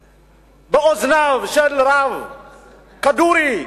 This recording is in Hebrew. אמר באוזניו של הרב כדורי,